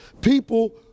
People